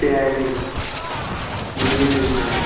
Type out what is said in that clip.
Paris New York